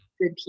good